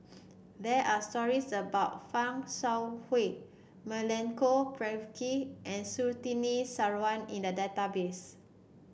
there are stories about Fan Shao Hua Milenko Prvacki and Surtini Sarwan in the database